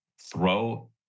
throw